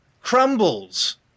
Crumbles